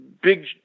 Big